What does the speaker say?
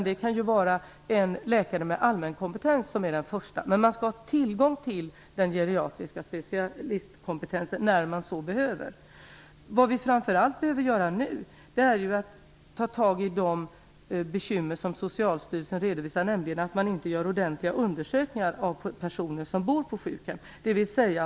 Det kan vara en läkare med allmänkompetens som är första kontakten, men man skall ha tillgång till den geriatriska specialistkompetensen när man så behöver. Vad vi framför allt behöver göra nu är att ta tag i de bekymmer som Socialstyrelsen redovisar, nämligen att man inte gör ordentliga undersökningar av personer som bor på sjukhem.